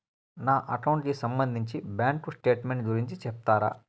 నా అకౌంట్ కి సంబంధించి బ్యాంకు స్టేట్మెంట్ గురించి సెప్తారా